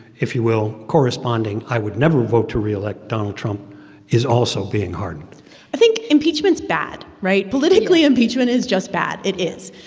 if you will, corresponding i would never vote to reelect donald trump is also being hardened i think impeachment's bad, right? yeah politically, impeachment is just bad. it is.